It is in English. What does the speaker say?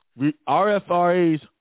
RFRA's